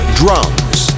drums